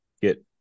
get